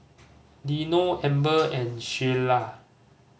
Dino Amber and Shelia